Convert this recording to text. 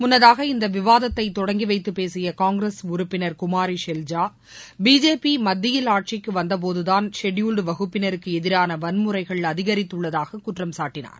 முன்னதாக இந்த விவாதத்தை தொடங்கி வைத்து பேசிய காங்கிரஸ் உறுப்பினர் குமாரி ஷெல்ஜா பிஜேபி மத்தியில் ஆட்சிக்கு வந்தபோதுதான் ஷெல்பூல்டு வகுப்பினருக்கு எதிரான வன்முறைகள் அதிகரித்துள்ளதாக குற்றம்சாட்டினார்